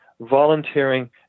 volunteering